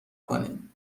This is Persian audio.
کنین